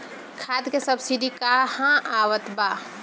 खाद के सबसिडी क हा आवत बा?